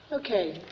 Okay